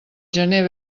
gener